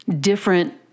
Different